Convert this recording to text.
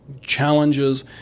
challenges